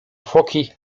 foki